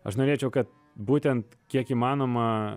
aš norėčiau kad būtent kiek įmanoma